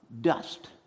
dust